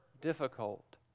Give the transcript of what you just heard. difficult